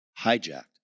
hijacked